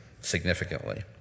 significantly